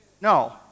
No